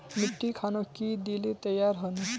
मिट्टी खानोक की दिले तैयार होने?